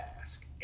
ask